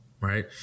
right